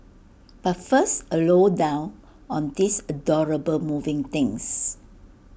but first A low down on these adorable moving things